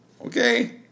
Okay